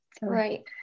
Right